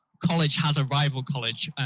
college has a rival college.